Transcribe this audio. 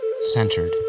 centered